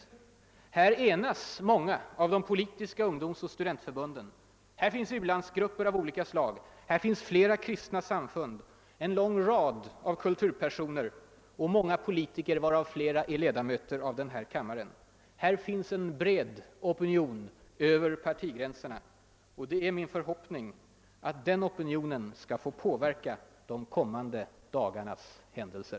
I denna fråga enas många av de politiska ungdomsoch studentförbunden, u-landsgrupper av olika slag, flera kristna organisationer, en lång rad av kulturpersoner och många politiker, varav flera är ledamöter av denna kammare. De bildar en bred opinion över partigränserna. Det är min förhoppning att denna opinion skall påverka de kommande dagarnas händelser.